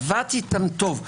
עבדתי איתם טוב.